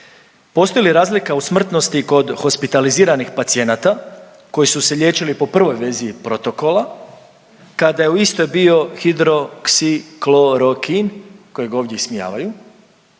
Postoji li razlika u smrtnosti kod hospitaliziranih pacijenata koji su se liječili po prvoj verziji protokola kada je u istoj bio hidroksiklorokin kojeg ovdje ismijavaju,